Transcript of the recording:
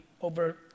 over